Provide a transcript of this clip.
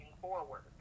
forward